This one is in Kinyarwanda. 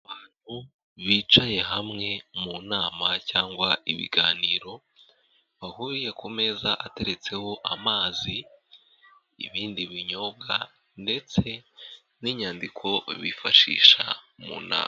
Abantu bicaye hamwe mu nama cyangwa ibiganiro, bahuriye ku meza ateretseho amazi n'ibindi binyobwa ndetse n'inyandiko bifashisha mu nama.